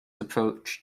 approach